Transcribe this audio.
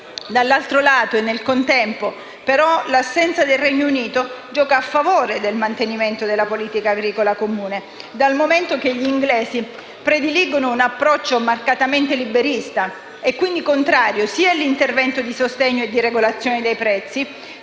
Dall'altro lato e nel contempo, però, l'assenza del Regno Unito gioca a favore del mantenimento della Politica agricola comune, dal momento che i britannici prediligono un approccio marcatamente liberista e quindi contrario sia all'intervento di sostegno e di regolazione dei prezzi,